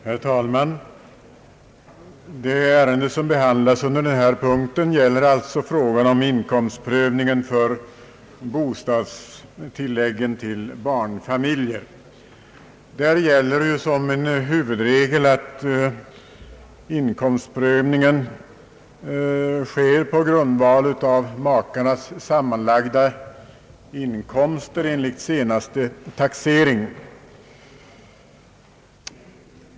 Herr talman! Det ärende som behandlas under denna punkt gäller frågan om inkomstprövningen för rätt till bostadstillägg för barnfamiljer. Därvid gäller som en huvudregel att prövningen sker på grundval av makarnas sammanlagda inkomster enligt senaste taxering.